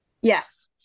Yes